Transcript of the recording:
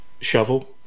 Shovel